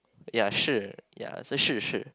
ya shi ya shi shi